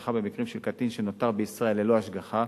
הרווחה במקרים של קטין שנותר בישראל ללא השגחה.